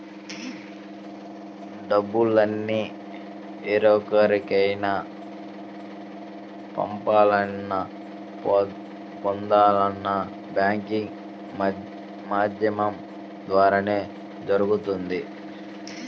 డబ్బుల్ని వేరెవరికైనా పంపాలన్నా, పొందాలన్నా బ్యాంకింగ్ మాధ్యమం ద్వారానే జరుగుతుంది